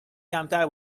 کمتر